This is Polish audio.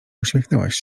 uśmiechnęłaś